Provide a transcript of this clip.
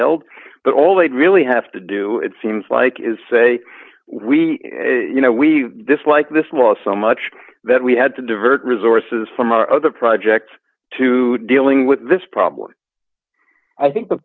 ed but all they really have to do it seems like is say we you know we dislike this law so much that we had to divert resources from our other projects to dealing with this problem i think